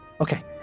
okay